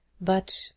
But